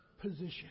Position